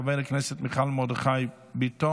חבר הכנסת מיכאל מרדכי ביטון,